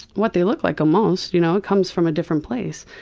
what they look like almost. you know it comes from a different place.